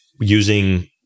using